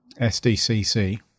sdcc